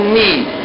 need